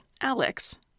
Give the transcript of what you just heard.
Alex